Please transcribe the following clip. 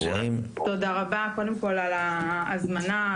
תודה רבה על ההזמנה,